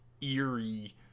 eerie